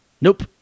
Nope